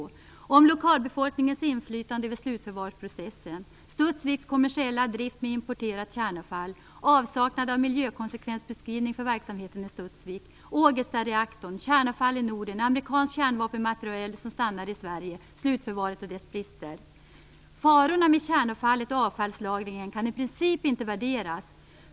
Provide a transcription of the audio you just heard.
De handlar om lokalbefolkningens inflytande över slutförvarsprocessen, om Studsviks kommersiella drift med importerat kärnavfall, om avsaknaden av miljökonsekvensbeskrivning för verksamheten i Studsvik, om Ågestareaktorn, om kärnavfallet i Norden, om amerikanskt kärnvapenmaterial som stannat i Sverige, om slutförvaret och om dess brister. Farorna med kärnavfallet och avfallslagringen kan i princip inte värderas.